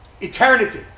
eternity